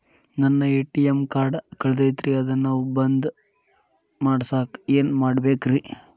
ನನ್ನ ATM card ಕಳದೈತ್ರಿ ಅದನ್ನ ಬಂದ್ ಮಾಡಸಾಕ್ ಏನ್ ಮಾಡ್ಬೇಕ್ರಿ?